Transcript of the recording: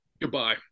Goodbye